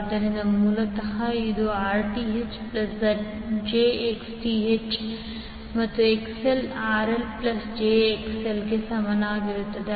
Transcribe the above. ಆದ್ದರಿಂದ ಮೂಲತಃ ಇದು Rth plus j XTh ಮತ್ತು ZL RL plus j XL ಗೆ ಸಮಾನವಾಗಿರುತ್ತದೆ